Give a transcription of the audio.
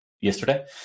yesterday